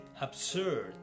absurd